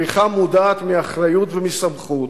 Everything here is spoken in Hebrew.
בריחה מודעת מאחריות ומסמכות,